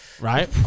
right